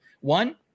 One